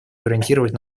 гарантировать